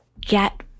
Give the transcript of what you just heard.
get